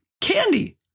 candy